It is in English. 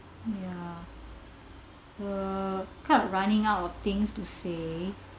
ya uh I'm running out of things to say